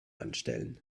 anstellen